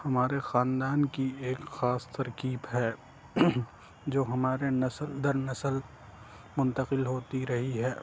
ہمارے خاندان کی ایک خاص ترکیب ہے جو ہمارے نسل در نسل منتقل ہوتی رہی ہے